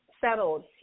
settled